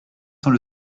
sans